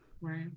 right